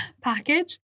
package